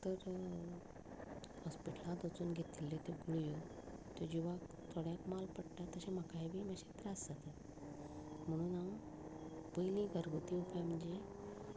तर हॉस्पिटलांत वचून घेतिल्ल्यो त्यो गुळ्यो त्यो जिवाक थोड्यांक माल पडटात तशें म्हाकाय बी मातशे त्रास जातात म्हणून हांव पयलीं घरगुती उपाय म्हणजे